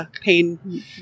pain